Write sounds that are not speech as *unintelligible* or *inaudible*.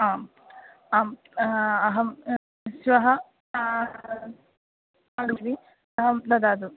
आम् आम् अहं श्वः *unintelligible* अहं ददातु